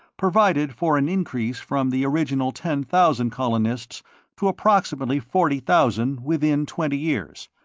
provided for an increase from the original ten thousand colonists to approximately forty thousand within twenty years,